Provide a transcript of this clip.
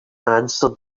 answered